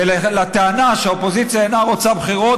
ולטענה שהאופוזיציה אינה רוצה בחירות,